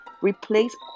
replace